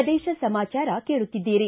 ಪ್ರದೇಶ ಸಮಾಚಾರ ಕೇಳುತ್ತಿದ್ದೀರಿ